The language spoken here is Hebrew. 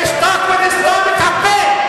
תשתוק ותסתום את הפה.